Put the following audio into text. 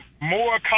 more